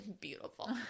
beautiful